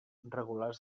regulars